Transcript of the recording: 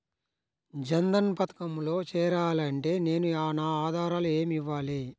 జన్ధన్ పథకంలో చేరాలి అంటే నేను నా ఆధారాలు ఏమి ఇవ్వాలి?